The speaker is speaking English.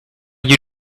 you